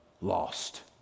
lost